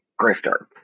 grifter